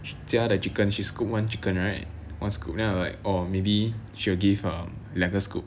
she 加 the chicken she scoop one chicken right one scoop then I was like orh maybe she will give um 两个 scoop